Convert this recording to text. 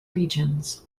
regions